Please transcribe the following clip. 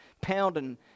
pounding